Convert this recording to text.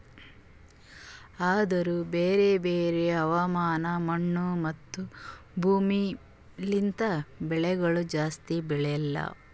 ಆದೂರು ಬ್ಯಾರೆ ಬ್ಯಾರೆ ಹವಾಮಾನ, ಮಣ್ಣು, ಮತ್ತ ಭೂಮಿ ಲಿಂತ್ ಬೆಳಿಗೊಳ್ ಜಾಸ್ತಿ ಬೆಳೆಲ್ಲಾ